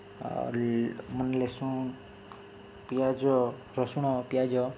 ଆଉ ମାନେ ଲେସୁନ୍ ପିଆଜ ରସୁଣ ପିଆଜ